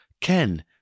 Ken